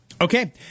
Okay